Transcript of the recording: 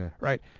right